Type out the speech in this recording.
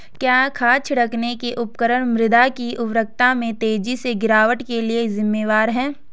क्या खाद छिड़कने के उपकरण मृदा की उर्वरता में तेजी से गिरावट के लिए जिम्मेवार हैं?